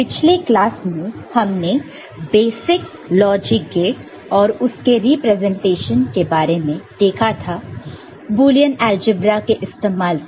पिछले क्लास में हमने बेसिक लॉजिक गेट और उसके रिप्रेजेंटेशन के बारे में देखा था बुलियन अलजेब्रा के इस्तेमाल से